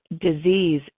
Disease